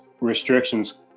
restrictions